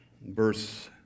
verse